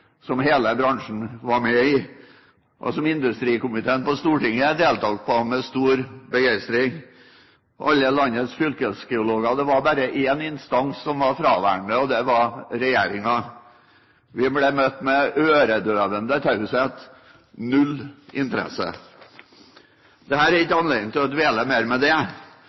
bergindustri». Hele bransjen var med, og industrikomiteen på Stortinget deltok med stor begeistring. Alle landets fylkesgeologer var med – det var bare én instans som var fraværende, og det var landets regjering. Vi ble møtt med øredøvende taushet og null interesse. Dette er ikke anledningen til å dvele mer ved det,